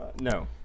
no